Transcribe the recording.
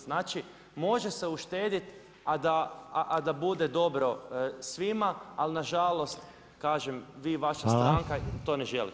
Znači, može se uštedjeti a da bude dobro svima, ali nažalost kažem, vi i vaša stranka to ne želite.